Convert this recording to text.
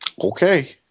Okay